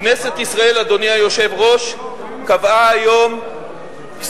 כנסת ישראל, אדוני היושב-ראש, קבעה היום היסטוריה,